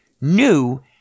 new